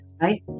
right